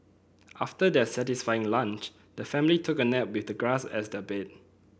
after their satisfying lunch the family took a nap with the grass as their bed